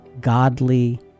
godly